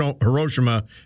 Hiroshima